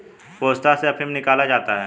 पोस्ता से अफीम निकाला जाता है